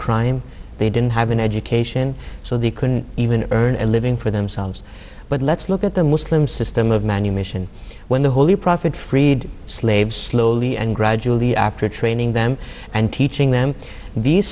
crime they didn't have an education so they couldn't even earn a living for themselves but let's look at the muslim system of manumission when the holy prophet freed slaves slowly and gradually after training them and teaching them these